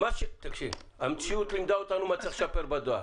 תקשיב, המציאות לימדה אותנו מה צריך לשפר בדואר.